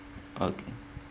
okay